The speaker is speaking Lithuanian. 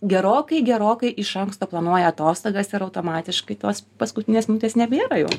gerokai gerokai iš anksto planuoja atostogas ir automatiškai tos paskutinės minutės nebėra jau